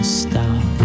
stop